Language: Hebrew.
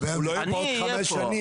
הוא לא יהיה פה בעוד חמש שנים.